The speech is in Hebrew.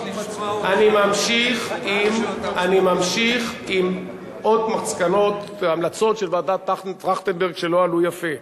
אני ממשיך עם עוד מסקנות-המלצות של ועדת-טרכטנברג שלא עלו יפה.